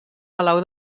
palau